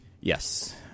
yes